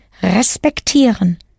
Respektieren